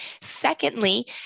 Secondly